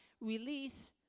release